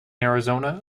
arizona